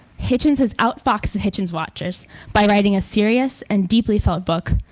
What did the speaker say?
hitchens has outfoxed the hitchens watchers by writing a serious and deeply-thought book,